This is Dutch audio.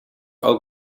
ook